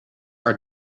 are